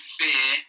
fear